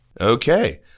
Okay